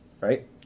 right